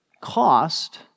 cost